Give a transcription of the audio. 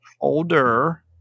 older